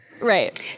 right